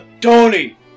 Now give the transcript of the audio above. Tony